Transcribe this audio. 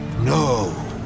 No